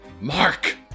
Mark